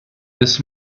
this